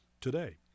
today